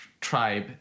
tribe